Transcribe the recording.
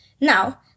Now